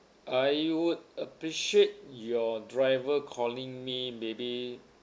I would appreciate your driver calling me maybe